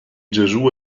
gesù